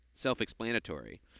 self-explanatory